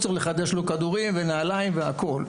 הוא צריך לחדש לו כדורים ונעליים והכל.